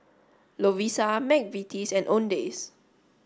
Lovisa McVitie's and Owndays